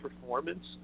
performance